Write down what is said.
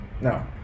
no